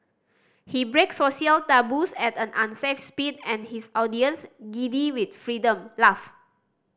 he breaks social taboos at an unsafe speed and his audience giddy with freedom laugh